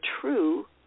true